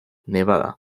nevada